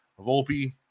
Volpe